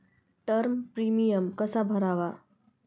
Term premium कसा भरावा?